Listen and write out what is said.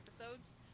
episodes